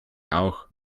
auch